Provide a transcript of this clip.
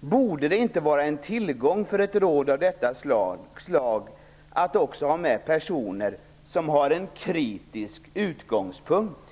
Borde det inte vara en tillgång för ett råd av detta slag att också ha med personer som har en kritisk utgångspunkt?